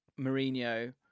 Mourinho